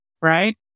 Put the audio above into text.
right